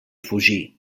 fugir